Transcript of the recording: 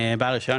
בעל רישיון,